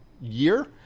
year